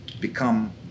become